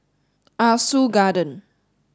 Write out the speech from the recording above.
Ah Soo Garden